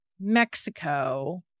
mexico